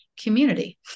community